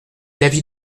l’avis